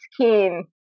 skin